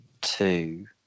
two